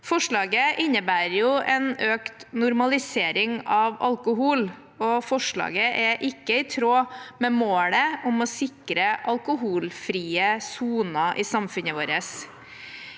Forslaget innebærer en økt normalisering av alkohol, og forslaget er ikke i tråd med målet om å sikre alkoholfrie soner i samfunnet vårt.